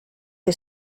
que